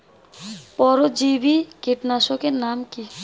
পরজীবী কীটনাশকের নাম কি?